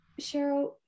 Cheryl